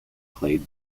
played